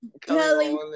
kelly